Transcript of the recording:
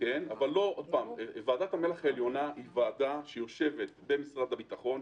ועדת המל"ח העליונה יושבת במשרד הביטחון,